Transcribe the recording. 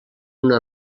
una